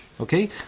Okay